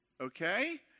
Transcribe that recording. Okay